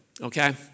okay